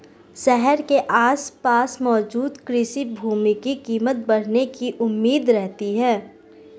शहर के आसपास मौजूद कृषि भूमि की कीमत बढ़ने की उम्मीद रहती है